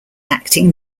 acting